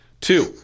Two